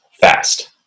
fast